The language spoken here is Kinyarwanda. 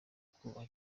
kubaha